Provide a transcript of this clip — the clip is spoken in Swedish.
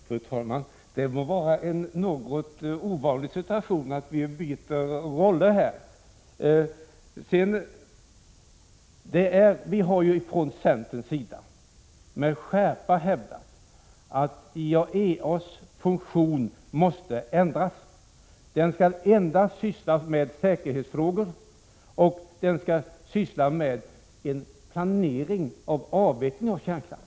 Fru talman! Det må vara en något ovanlig situation att vi byter roller här. Vi har ju från centerns sida med skärpa hävdat att IAEA:s funktion måste ändras. Organisationen skall endast syssla med säkerhetsfrågor och med en planering för avveckling av kärnkraften.